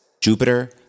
Jupiter